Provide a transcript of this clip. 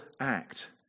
act